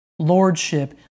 lordship